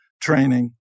training